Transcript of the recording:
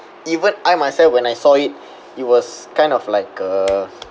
even I myself when I saw it it was kind of like a